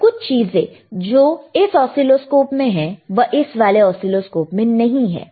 पर कुछ चीजें जो इस ऑसीलोस्कोप में है वह इस वाले ऑसीलोस्कोप में नहीं है